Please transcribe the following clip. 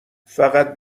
فقط